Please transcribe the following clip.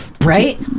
right